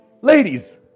Ladies